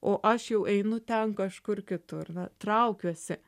o aš jau einu ten kažkur kitur na traukiuosi